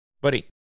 Buddy